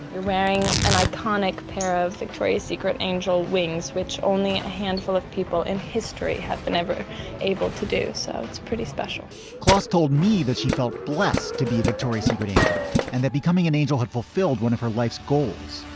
you're wearing an iconic pair of victoria's secret angel wings, which only a handful of people in history have been ever able to do. so it's pretty special closs told me that she felt blessed to be victoria's secret angel and that becoming an angel had fulfilled one of her life's goals